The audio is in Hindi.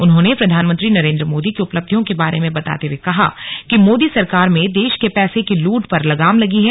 उन्होंने प्रधानमंत्री नरेंद्र मोदी की उपलब्धियों के बारे में बताते हुए कहा कि मोदी सरकार में देश के पैसे की लूट पर लगाम लगी है